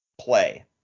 play